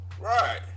Right